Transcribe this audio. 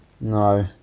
No